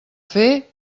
fer